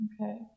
Okay